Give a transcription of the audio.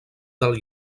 del